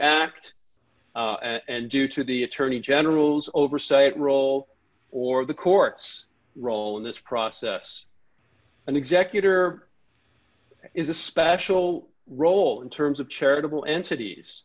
act and due to the attorney general's oversight role or the court's role in this process an executor is a special role in terms of charitable entities